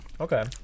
okay